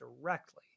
directly